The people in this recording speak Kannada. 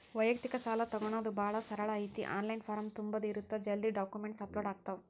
ವ್ಯಯಕ್ತಿಕ ಸಾಲಾ ತೊಗೋಣೊದ ಭಾಳ ಸರಳ ಐತಿ ಆನ್ಲೈನ್ ಫಾರಂ ತುಂಬುದ ಇರತ್ತ ಜಲ್ದಿ ಡಾಕ್ಯುಮೆಂಟ್ಸ್ ಅಪ್ಲೋಡ್ ಆಗ್ತಾವ